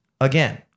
again